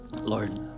Lord